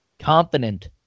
confident